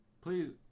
Please